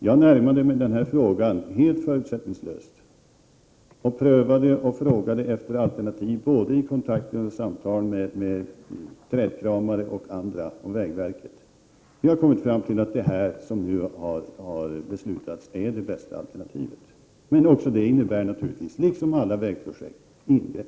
Jag närmade mig denna fråga helt förutsättningslöst, prövade och frågade efter alternativ vid kontakter och samtal både med trädkramare och andra och med vägverket. Vi har kommit fram till att det som nu beslutats är det bästa alternativet. Men det innebär naturligtvis, liksom alla vägprojekt, ingrepp.